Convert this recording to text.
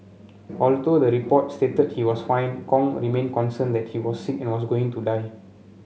although the report stated he was fine Kong remained concerned that he was sick and was going to die